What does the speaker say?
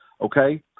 okay